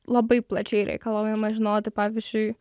labai plačiai reikalaujama žinoti pavyzdžiui